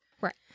Right